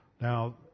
Now